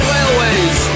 Railways